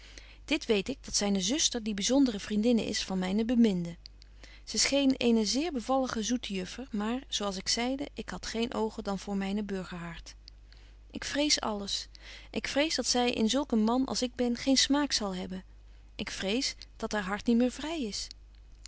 dit weet ik dat zyne zuster de byzondere vriendinne is van myne beminde ze scheen eene zeer bevallige zoete juffer maar zo als ik zeide ik had geen oogen dan voor myne burgerhart ik vrees alles ik vrees dat zy in zulk een man als ik ben geen smaak zal hebben ik vrees dat haar hart niet meer vry is